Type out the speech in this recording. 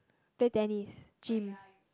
play tennis gym